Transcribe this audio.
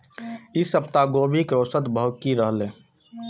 ई सप्ताह गोभी के औसत भाव की रहले?